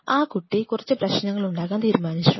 ആ കുട്ടി കുറച്ച് പ്രശ്നങ്ങളുണ്ടാക്കാൻ തീരുമാനിച്ചു